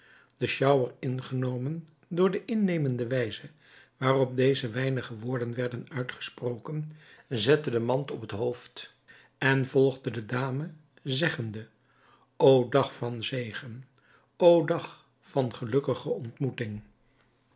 innemende wijze waarop deze weinige woorden werden uitgesproken zette de mand op het hoofd en volgde de dame zeggende o dag van zegen o dag van gelukkige ontmoeting